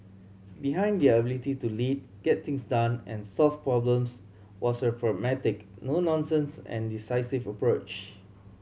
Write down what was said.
behind their ability to lead get things done and solve problems was a pragmatic no nonsense and decisive approach